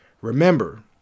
Remember